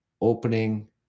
opening